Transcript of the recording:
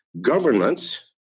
Governments